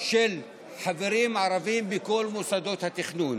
של חברים ערבים בכל מוסדות התכנון.